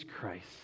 Christ